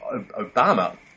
Obama